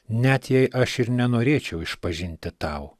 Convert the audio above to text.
net jei aš ir nenorėčiau išpažinti tau